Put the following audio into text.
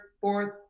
fourth